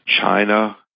China